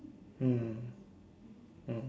mm mm